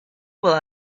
while